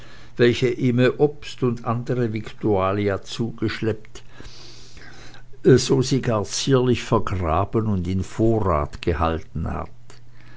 welche ihme obst und andere victualia zugeschleppet so sie gar zierlich vergraben und in vorrath gehalten hat